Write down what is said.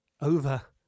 over